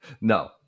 No